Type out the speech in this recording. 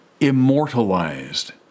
immortalized